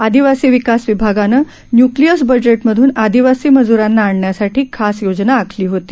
आदिवासी विकास विभागानं न्यूक्लीअस बजेट मधून आदिवासी मज्रांना आणण्यासाठी खास योजना आखली होती